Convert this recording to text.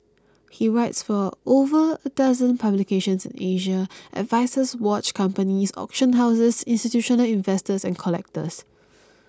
he writes for over a dozen publications in Asia and advises watch companies auction houses institutional investors and collectors